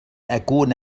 أكون